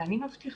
אני מבטיחה,